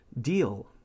deal